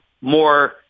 more